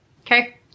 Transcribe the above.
okay